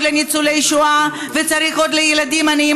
לניצולי שואה וצריך עוד לילדים עניים.